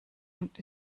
und